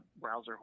browser